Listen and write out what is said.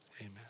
Amen